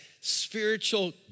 spiritual